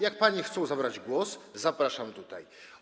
Jak panie chcą zabrać głos, zapraszam tutaj.